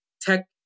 tech